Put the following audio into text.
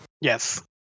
Yes